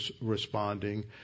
responding